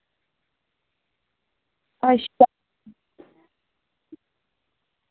अच्छा